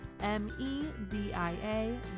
M-E-D-I-A